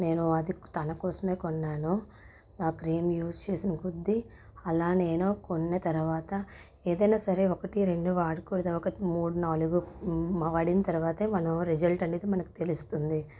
నేను అది తన కోసమే కొన్నాను ఆ క్రీమ్ యూస్ చేస్తున్న కొద్దీ అలా నేను కొన్న తర్వాత ఏదైనా సరే ఒకటి రెండు వాడకూడదు ఒకటి మూడు నాలుగు వాడిన తర్వాతే మనం రిజల్ట్ అనేది మనకు తెలుస్తుంది